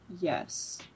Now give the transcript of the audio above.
Yes